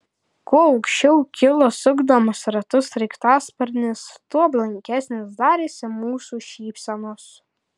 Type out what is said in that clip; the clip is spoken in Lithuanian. kuo aukščiau kilo sukdamas ratus sraigtasparnis tuo blankesnės darėsi mūsų šypsenos